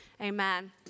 Amen